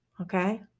Okay